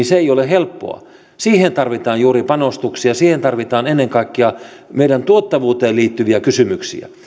se ei ole helppoa siihen tarvitaan juuri panostuksia ja siihen tarvitaan ennen kaikkea meidän tuottavuuteemme liittyviä kysymyksiä